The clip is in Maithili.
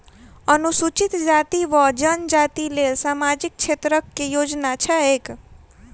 अनुसूचित जाति वा जनजाति लेल सामाजिक क्षेत्रक केँ योजना छैक?